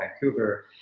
Vancouver